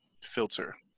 filter